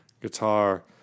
guitar